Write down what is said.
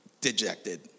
dejected